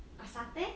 got satay